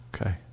Okay